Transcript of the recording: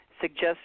suggest